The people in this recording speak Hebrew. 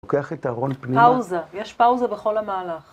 לוקח את אהרון פנימה. פאוזה, יש פאוזה בכל המהלך.